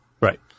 Right